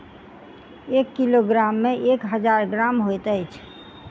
एक किलोग्राम मे एक हजार ग्राम होइत अछि